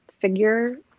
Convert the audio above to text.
figure